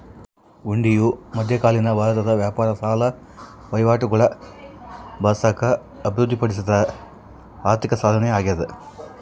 ಹುಂಡಿಯು ಮಧ್ಯಕಾಲೀನ ಭಾರತದ ವ್ಯಾಪಾರ ಸಾಲ ವಹಿವಾಟುಗುಳಾಗ ಬಳಸಾಕ ಅಭಿವೃದ್ಧಿಪಡಿಸಿದ ಆರ್ಥಿಕಸಾಧನ ಅಗ್ಯಾದ